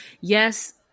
yes